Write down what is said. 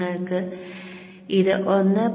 നിങ്ങൾക്ക് ഇത് 1